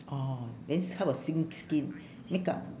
orh then s~ how about skin skin makeup